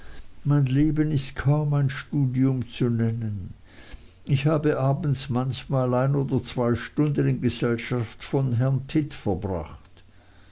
mein lesen ist kaum ein studium zu nennen ich habe abends manchmal ein oder zwei stunden in gesellschaft von herrn tidd verbracht